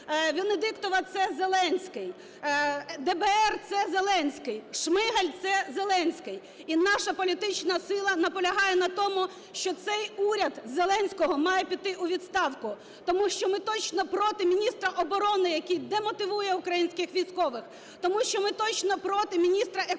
Венедиктова – це Зеленський. ДБР – це Зеленський. Шмигаль – це Зеленський. І наша політична сила наполягає на тому, що цей уряд Зеленського має піти у відставку, тому що ми точно проти міністра оборони, який демотивує українських військових. Тому що ми точно проти міністра економіки